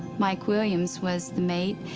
mike williams was the mate.